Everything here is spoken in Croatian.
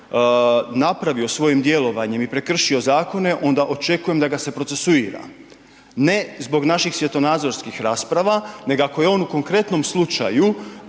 napravio svojim djelovanjem i prekršio zakone, onda očekujem da ga se procesuira. Ne zbog naših svjetonazorskih rasprava, nego ako je on u konkretnom slučaju